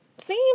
theme